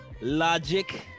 Logic